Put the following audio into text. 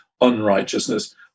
unrighteousness